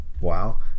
wow